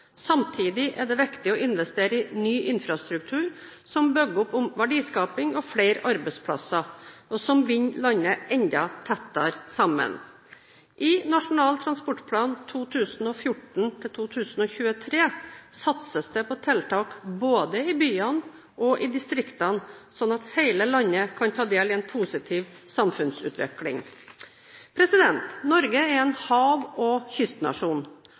Samtidig er det viktig å investere i ny infrastruktur som bygger opp om verdiskaping og flere arbeidsplasser, og som binder landet enda tettere sammen. I Nasjonal transportplan 2014–2023 satses det på tiltak både i byene og i distriktene, slik at hele landet kan ta del i en positiv samfunnsutvikling. Norge er en hav- og kystnasjon.